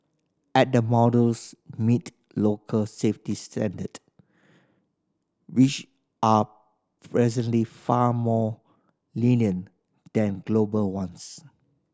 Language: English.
at the models meet local safety standard which are presently far more lenient than global ones